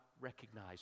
recognize